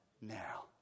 now